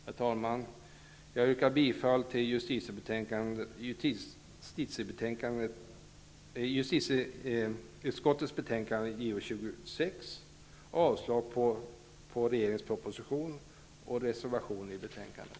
Herr talman! Jag yrkar bifall till hemställan i justitieutskottets betänkande JuU26 och avslag på reservationerna, vilket innebär avslag på propositionen.